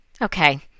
Okay